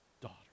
daughter